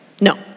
No